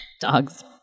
Dogs